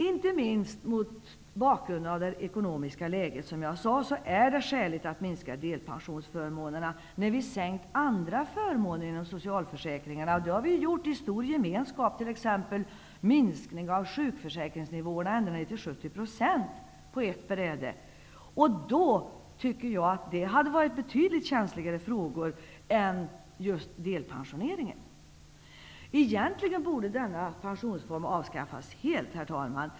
Inte minst mot bakgrund av det ekonomiska läget, som jag sade, är det skäligt att minska deltidspensionsförmånerna när vi har sänkt andra förmåner inom socialförsäkringarna. Det har vi gjort i stor gemenskap, t.ex. när det gäller minskningen av sjukförsäkringsförmånerna ända ned till 70 % på ett bräde. Då tycker jag att det hade varit betydligt känsligare frågor än delpensioneringen. Egentligen borde denna pensionsform avskaffas helt, herr talman.